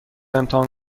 امتحان